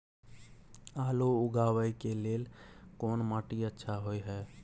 आलू उगाबै के लेल कोन माटी अच्छा होय है?